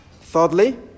Thirdly